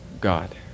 God